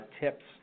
tips